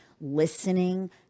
listening